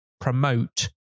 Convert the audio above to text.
promote